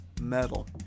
metal